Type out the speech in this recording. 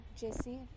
Jesse